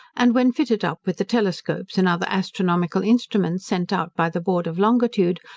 and when fitted up with the telescopes and other astronomical instruments sent out by the board of longitude,